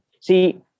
See